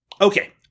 okay